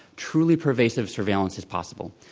truly pervasive surveillance is possible.